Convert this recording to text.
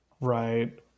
Right